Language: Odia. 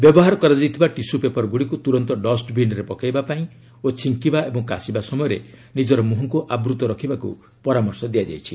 ବ୍ୟବହାର କରାଯାଇଥିବା ଟିସୁ ପେପର ଗୁଡ଼ିକୁ ତୁରନ୍ତ ଡଷ୍ଟବିନ୍ରେ ପକାଇବା ଓ ଛିଙ୍କିବା ଏବଂ କାଶିବା ସମୟରେ ନିକର ମୁହଁକୁ ଆବୃତ ରଖିବାକୁ ମଧ୍ୟ ପରାମର୍ଶ ଦିଆଯାଇଛି